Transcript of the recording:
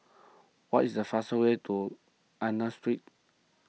what is the fast way to Angus Street